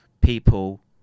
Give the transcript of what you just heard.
people